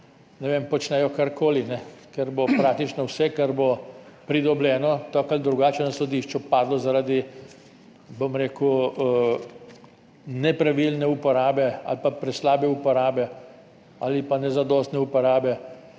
ne vem, počnejo karkoli, ker bo praktično vse, kar bo pridobljeno, tako ali drugače na sodišču padlo zaradi, bom rekel, nepravilne uporabe ali pa preslabe uporabe ali pa nezadostne uporabe